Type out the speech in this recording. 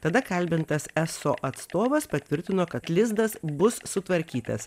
tada kalbintas eso atstovas patvirtino kad lizdas bus sutvarkytas